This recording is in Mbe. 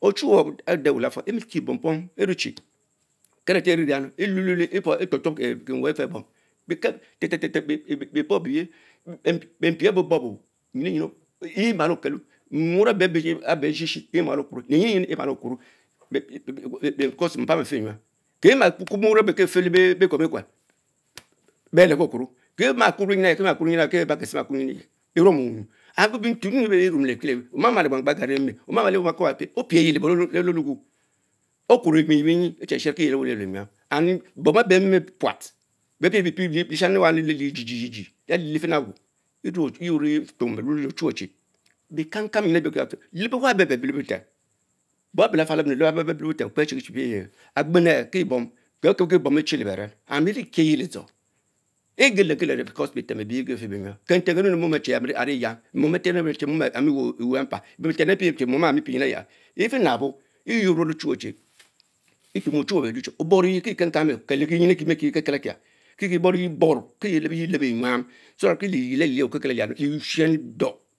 Ochuwe ade ariela-fal emiecki pom pom eructive keretor everenigumu eluelme etnop tuop Kower efeh bom teh ten teh bie borkebye penpie be-bobbokbo, the maley oketo. muor abe beshishie fix malo kuro lengiensins emalotauro because mpom afch n yom, kie ma kurr muorr ebe le ekwan ni kwen beliebki Okuro, kie ma kurr nyi y bie ma kese kie ma kure enumo wunge and betul ens bie nie te mpie Emas le Ekpanskpang gown eme oms ma opia, opere lebo le orogo akeno benzin beyee kete ochie charo kie yuoro yuor enyam, bom ebame puat bek pich pich pich lestrami ang djie djii din elie life nabo, yiyie vue ochure chie lekang kang leb ewable beber le-butem, bom each Lafa ebe lem abo bebah le butem Kie bee chiki chi pie yeh ehh, Kebe Keppki bom bechnie lebaren evie kievich ledjor, ebeliki because betem ebeye begefe benyam Kenten Kenini momch chie aree yam, nten apie momeh ami wnu, nten apu Chie ewun empan, inten apie clue mom aka ane mie mie pre eys, efinabo yea yea nuole chinese chic, etnomu- Ochuwe beluch oborige kie konku Okieto kienyin ekie kebel cys, trie bormayeh borsho kie flebeye enya So that Kay Liyed klich okekel elis Lee shen dor.